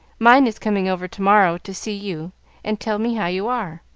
mine is coming over to-morrow to see you and tell me how you are.